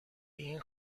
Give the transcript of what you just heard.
این